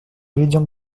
ведем